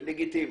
הצרכני.